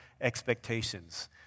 expectations